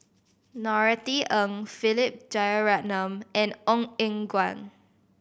Norothy Ng Philip Jeyaretnam and Ong Eng Guan